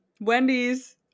Wendy's